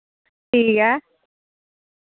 ठीक ऐ